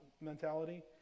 mentality